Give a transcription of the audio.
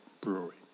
Brewery